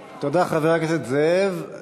תודה, חבר הכנסת זאב.